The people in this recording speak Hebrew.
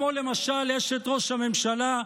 כמו למשל אשת ראש הממשלה,